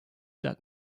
that